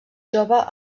jove